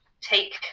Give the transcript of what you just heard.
take